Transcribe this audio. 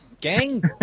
gang